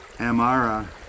Amara